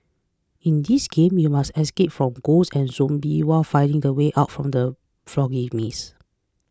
in this game you must escape from ghosts and zombies while finding the way out from the foggy maze